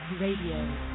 Radio